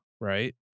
right